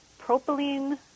propylene